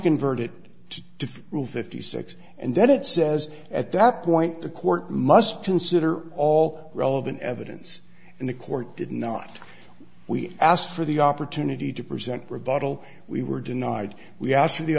convert it to rule fifty six and that it says at that point the court must consider all relevant evidence and the court did not we asked for the opportunity to present rebuttal we were denied we asked for the